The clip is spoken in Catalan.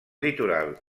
litoral